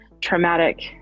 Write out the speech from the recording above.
traumatic